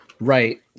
right